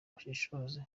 bashishoza